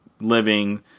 living